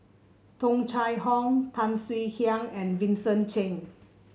Tung Chye Hong Tan Swie Hian and Vincent Cheng